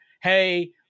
hey